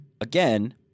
Again